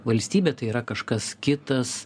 valstybė tai yra kažkas kitas